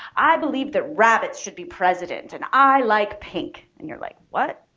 i believe that rabbits should be president and i like pink. and you're like, what?